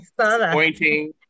pointing